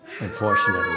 unfortunately